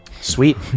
Sweet